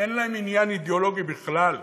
שאין להם עניין אידיאולוגי בכלל,